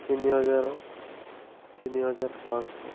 ତିନି ହଜାର ତିନିହଜାର ପାଞ୍ଚଶହ